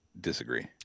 disagree